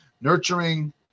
nurturing